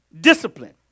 discipline